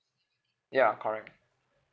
ya correct